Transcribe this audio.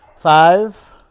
Five